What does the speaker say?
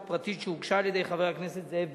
פרטית שהוגשה על-ידי חבר הכנסת זאב בילסקי,